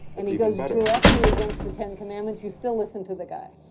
and he goes directly against the ten commandments, you still listen to the guy.